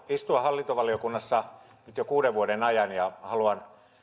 istua hallintovaliokunnassa nyt jo kuuden vuoden ajan ja haluan heti